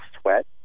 sweat